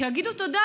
שיגידו תודה,